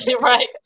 Right